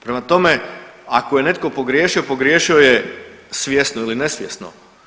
Prema tome, ako je netko pogriješio, pogriješio je svjesno ili nesvjesno.